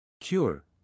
Cure